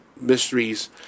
mysteries